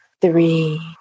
three